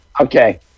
Okay